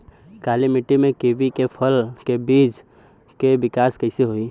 काली मिट्टी में कीवी के फल के बृछ के विकास कइसे होई?